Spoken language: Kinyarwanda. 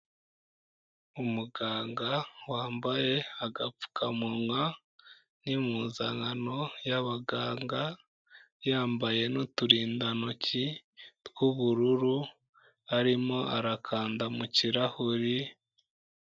Umuganga wambaye agapfukamunwa n'impuzankano y'abaganga, yambaye n'uturindantoki tw'ubururu arimo arakanda mu kirahure.